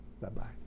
Bye-bye